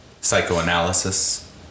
psychoanalysis